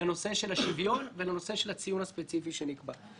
לנושא של השוויון ולנושא של הציון הספציפי שנקבע.